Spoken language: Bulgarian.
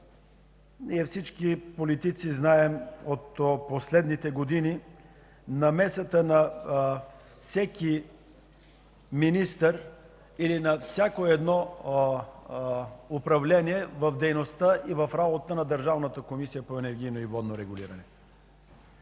всички политици знаем за намесата на всеки министър или на всяко едно управление в дейността и работата на Държавната комисия по енергийно и водно регулиране